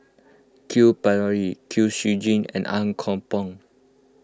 Q Pereira Kwek Siew Jin and Ang Kok Peng